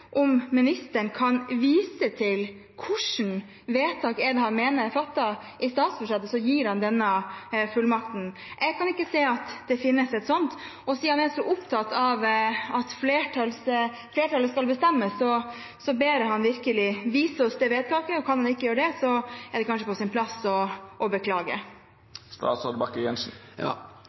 i statsbudsjettet, som gir ham denne fullmakten. Jeg kan ikke se at det finnes et slikt, og siden han er så opptatt av at flertallet skal bestemme, ber jeg ham virkelig vise oss det vedtaket. Og kan han ikke gjøre det, er det kanskje på sin plass å beklage.